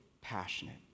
passionate